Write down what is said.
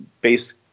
based